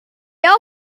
all